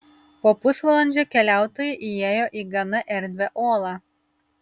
po pusvalandžio keliautojai įėjo į gana erdvią olą